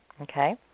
Okay